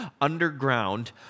underground